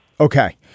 Okay